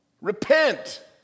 Repent